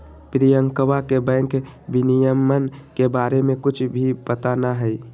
रियंकवा के बैंक विनियमन के बारे में कुछ भी पता ना हई